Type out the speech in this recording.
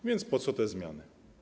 A więc po co te zmiany?